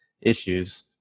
issues